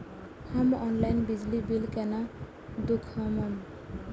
हम ऑनलाईन बिजली बील केना दूखमब?